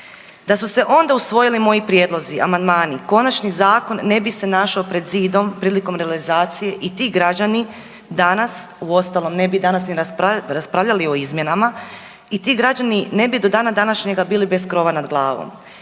Da su se onda usvojili moji prijedlozi, amandmani konačni zakon ne bi se našao pred zidom prilikom realizacije i ti građani danas, uostalom ne bi danas niti raspravljali o izmjenama i ti građani ne bi do dana današnjega bili bez krova nad glavom.